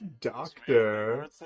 doctor